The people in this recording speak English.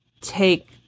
take